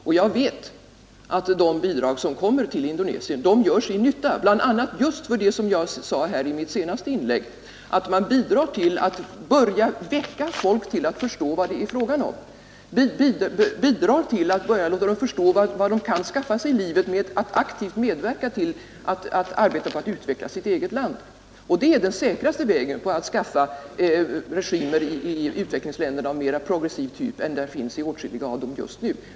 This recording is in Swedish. Jag vet också att de bidrag som kommer till Indonesien gör sin nytta, bl.a. för att de — som jag sade i mitt senaste inlägg — bidrar till att väcka folk till att förstå vad det är fråga om, att förstå vad människorna kan skaffa sig i livet genom att aktivt medverka till och arbeta på att utveckla sitt eget land. Och det är den säkraste vägen för att i utvecklingsländerna få regimer av mera progressiv typ än vad som finns nu i åtskilliga av de länderna.